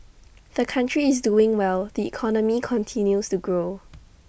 the country is doing well the economy continues to grow